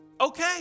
okay